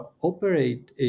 operate